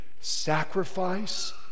Sacrifice